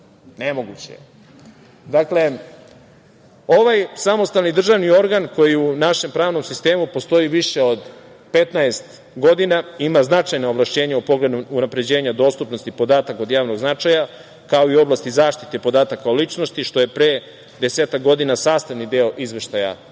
nemoguće je. Dakle, ovaj samostalni državni organ, koji u našem pravnom sistemu postoji više od 15 godina, ima značajna ovlašćenja u pogledu unapređenja dostupnosti podataka od javnog značaja, kao i u oblasti zaštite podataka o ličnosti, što je pre desetak godina sastavni deo izveštaja